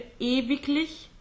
Ewiglich